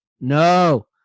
No